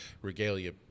regalia